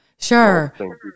Sure